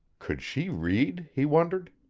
could she read? he wondered.